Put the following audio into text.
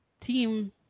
team